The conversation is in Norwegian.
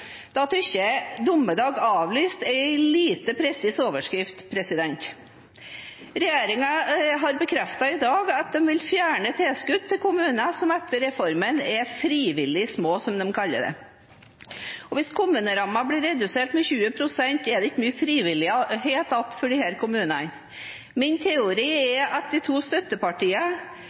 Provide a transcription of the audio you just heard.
lite presis overskrift. Regjeringen har bekreftet i dag at de vil fjerne tilskudd til kommuner som etter reformen er frivillig små, som de kaller det. Hvis kommunerammen blir redusert med 20 pst., er det ikke mye frivillighet igjen for disse kommunene. Min teori